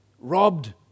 robbed